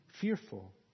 fearful